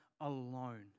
alone